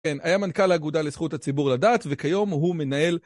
כן, היה מנכ"ל לאגודה לזכות הציבור לדעת, וכיום הוא מנהל...